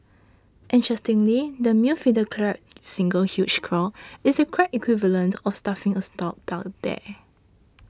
interestingly the male Fiddler Crab's single huge claw is the crab equivalent of stuffing a sock down there